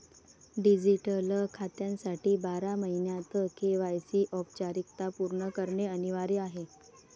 digital खात्यासाठी बारा महिन्यांत के.वाय.सी औपचारिकता पूर्ण करणे अनिवार्य आहे